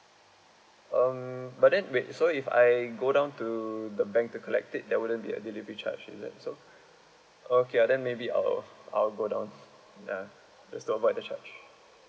um but then wait sorry if I go down to the bank to collect it there wouldn't be a delivery charge is it so okay ya then maybe I'll I'll go down ya just to avoid the charge